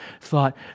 Thought